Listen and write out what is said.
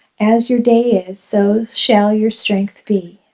as your day is, so shall your strength be.